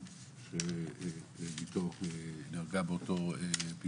מעיריית ירושלים שביתו נהרגה באסון.